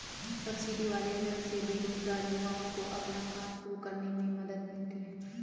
subsidy वाले ऋण से बेरोजगार युवाओं को अपना काम शुरू करने में मदद मिलती है